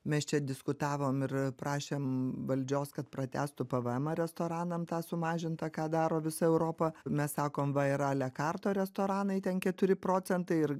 mes čia diskutavom ir prašėm valdžios kad pratęstų pvmą restoranam tą sumažintą ką daro visa europa mes sakom va yra lekarto restoranai ten keturi procentai ir